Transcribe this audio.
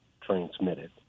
transmitted